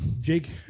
Jake